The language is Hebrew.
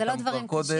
אלה לא דברים קשים.